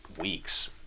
weeks